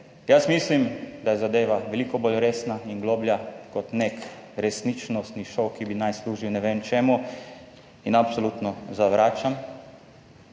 Jaz mislim, da je zadeva veliko bolj resna in globlja, kot nek resničnostni šov, ki bi naj služil ne vem čemu in absolutno zavračam